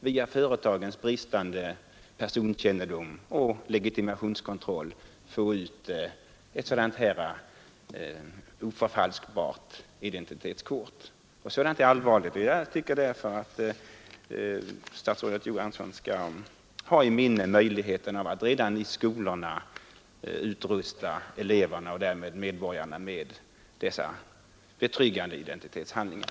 Via företagens bristande personkännedom och legitimationskontroll kan man sedan få ut ett ”oförfalskbart” identitetskort. Sådant är allvarligt. Jag tycker därför att statsrådet Johansson skall ha i minnet möjligheten att redan i skolorna utrusta eleverna och därigenom medborgarna med betryggande identitetshandlingar.